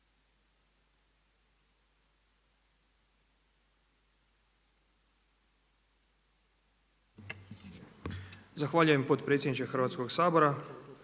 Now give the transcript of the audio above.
Zahvaljujem potpredsjedniče Hrvatskog sabora.